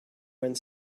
went